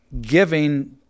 giving